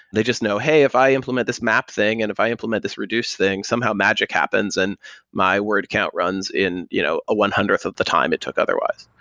they just know, hey, if i implement this map thing and if i implement this reduce thing, somehow magic happens and my word count runs in you know a one hundredth of the time it took otherwise.